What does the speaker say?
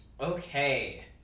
Okay